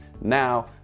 now